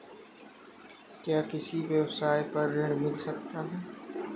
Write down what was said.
क्या किसी व्यवसाय पर ऋण मिल सकता है?